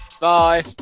bye